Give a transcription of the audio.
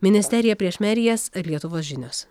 ministerija prieš merijas ir lietuvos žinios